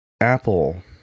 apple